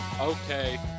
okay